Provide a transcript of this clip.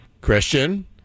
Christian